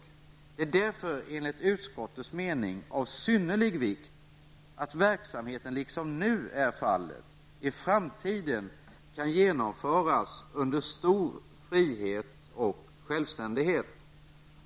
Det är därför enligt utskottets mening av synnerlig vikt att verksamheten, liksom nu är fallet, i framtiden kan genomföras under stor frihet och självständighet.''